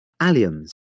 alliums